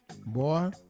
boy